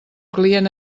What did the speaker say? client